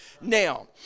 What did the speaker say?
Now